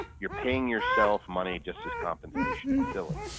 you're paying yourself money just as compensation. it's silly.